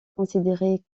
considérée